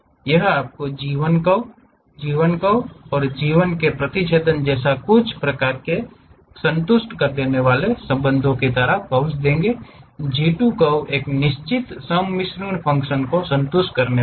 यह आपके G 1 curve G 1 curve और इन G1 के प्रतिच्छेदन जैसे कुछ प्रकार के संबंधों को संतुष्ट करता है जी 2 कर्व एक निश्चित सम्मिश्रण फ़ंक्शन को संतुष्ट करने वाला है